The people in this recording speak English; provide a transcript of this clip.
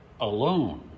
alone